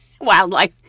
wildlife